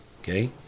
Okay